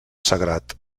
sagrat